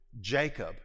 Jacob